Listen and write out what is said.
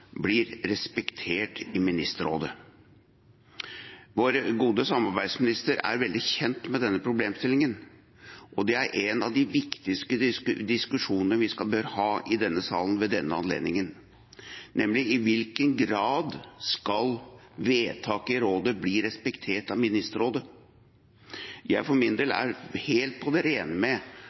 blir respektert av Ministerrådet. Vår gode samarbeidsminister er veldig godt kjent med denne problemstillingen, og en av de viktigste diskusjonene vi bør ha i denne salen ved denne anledningen, er i hvilken grad vedtak i Rådet skal bli respektert av Ministerrådet. Jeg er for min del helt på det rene med